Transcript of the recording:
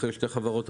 אחרי שתי חברות,